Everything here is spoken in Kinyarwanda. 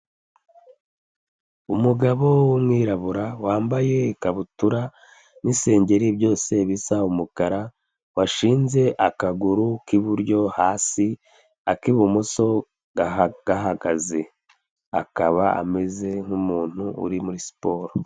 Umugabo w'umwirabura wambaye ikabutura n'isengeri byose bisa umukara, washinze akaguru k'iburyo hasi, ak'ibumoso gahagaze, akaba ameze nk'umuntu uri muri siporo.